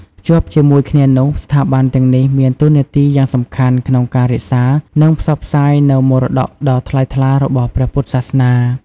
ភ្ជាប់ជាមួយគ្នានោះ ស្ថាប័នទាំងនេះមានតួនាទីយ៉ាងសំខាន់ក្នុងការរក្សា និងផ្សព្វផ្សាយនូវមរតកដ៏ថ្លៃថ្លារបស់ព្រះពុទ្ធសាសនា។